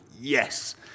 yes